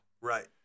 Right